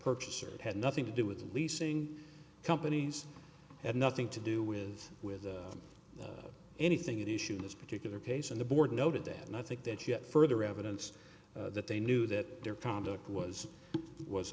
purchaser it had nothing to do with leasing companies had nothing to do with with anything that issue this particular case in the board noted that and i think that yet further evidence that they knew that their conduct was was